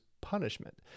punishment